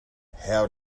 how